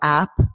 app